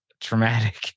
traumatic